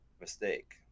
mistake